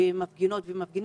במפגינות ובמפגינים,